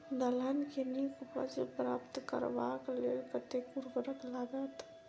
दलहन केँ नीक उपज प्राप्त करबाक लेल कतेक उर्वरक लागत?